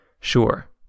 Sure